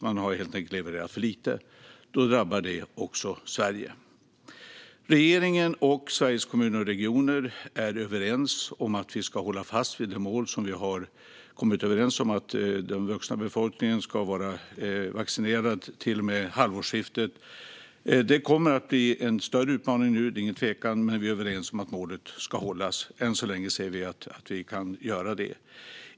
Man har helt enkelt levererat för lite. Då drabbar det också Sverige. Regeringen och Sveriges Kommuner och Regioner är överens om att vi ska hålla fast vid det mål som vi har kommit överens om: att den vuxna befolkningen ska vara vaccinerad till halvårsskiftet. Det kommer att bli en större utmaning nu, inget tvivel om det, men vi är överens om att målet ska hållas. Än så länge ser vi att vi kan göra det.